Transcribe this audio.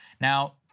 Now